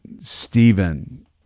Stephen